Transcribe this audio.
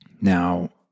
Now